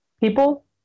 people